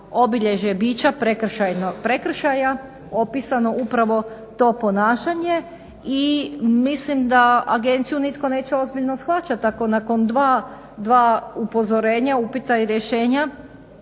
obilježje bića prekršaja opisano upravo to ponašanje. I mislim da agenciju nitko neće ozbiljno shvaćat ako nakon dva upozorenja, upita i rješenja